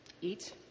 eat